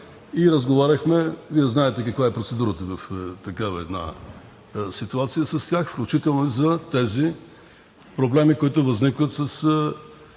и разговаряхме – Вие знаете каква е процедурата в такава една ситуация, с тях, включително за тези проблеми, които възникват с